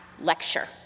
lecture